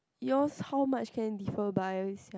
yours how much can differ by itself